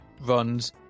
runs